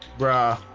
brah